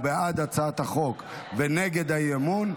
הוא בעד הצעת החוק ונגד האי-אמון,